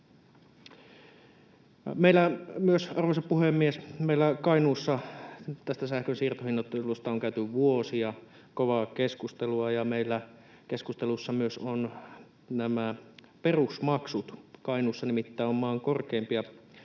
Arvoisa puhemies! Myös meillä Kainuussa tästä sähkön siirtohinnoittelusta on käyty vuosia kovaa keskustelua, ja meillä keskustelussa ovat myös nämä perusmaksut. Kainuussa nimittäin on maan korkeimpia